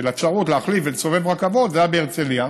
של האפשרות להחליף ולסובב רכבות, זה היה בהרצליה.